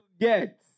get